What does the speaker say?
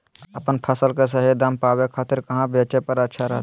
अपन फसल के सही दाम पावे खातिर कहां बेचे पर अच्छा रहतय?